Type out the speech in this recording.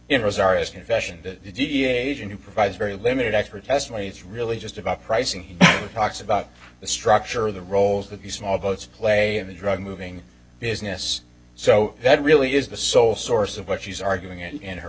deviation provides very limited expert testimony it's really just about pricing he talks about the structure of the roles that the small boats play in the drug moving business so that really is the sole source of what she's arguing and her